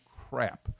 crap